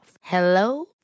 Hello